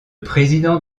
président